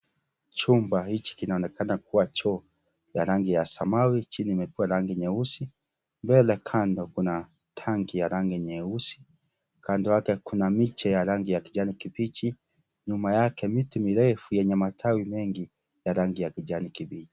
Chumba hichi kinaonekana kuwa choo, ya rangi ya samawi chini imepakwa rangi nyeusi, mbele kando kuna tanki ya rangi nyeusi. Kando yake kuna miche ya rangi ya kijani kibichi, nyuma yake miti mirefu yenye matawi mengi ya rangi ya kijani kibichi.